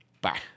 Bye